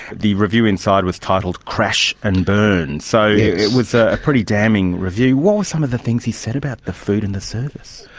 the review inside was titled crash and burn, so it was a pretty damning review. what were some of the things he said about the food and the service?